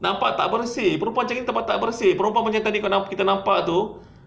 nampak tak bersih perempuan macam gitu tak bersih perempuan macam tadi kau kita nampak tu